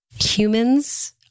humans